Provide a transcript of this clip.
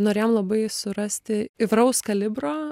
norėjom labai surasti įvairaus kalibro